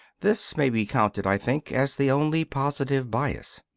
this may be counted, i think, as the only positive bias.